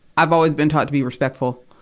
i've always been taught to be respectful,